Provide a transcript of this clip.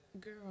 Girl